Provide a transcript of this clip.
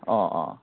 অঁ অঁ